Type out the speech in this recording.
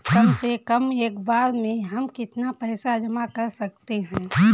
कम से कम एक बार में हम कितना पैसा जमा कर सकते हैं?